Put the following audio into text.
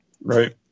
right